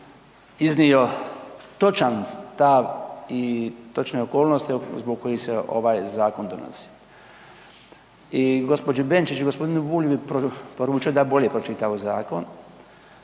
iznio točan stav i točne okolnosti zbog kojih se ovaj zakon donosi. I gospođi Benčić i gospodinu Bulju bi poručio da bolje pročitaju zakon,